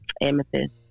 amethyst